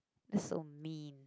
that's so mean